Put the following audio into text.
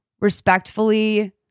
respectfully